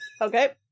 Okay